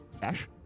dash